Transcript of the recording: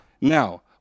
Now